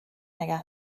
نگه